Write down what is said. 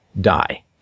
die